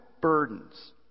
burdens